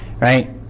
right